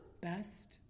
best